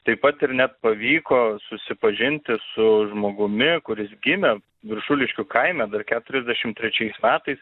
taip pat ir net pavyko susipažinti su žmogumi kuris gimė viršuliškių kaime dar keturiasdešimt trečiais metais